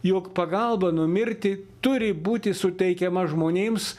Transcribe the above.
jog pagalba numirti turi būti suteikiama žmonėms